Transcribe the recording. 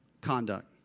Conduct